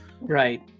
Right